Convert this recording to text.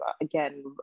again